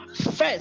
First